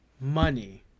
money